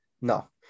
no